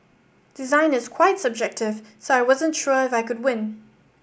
design is quite subjective so I wasn't sure if I could win